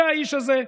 זה האיש הזה.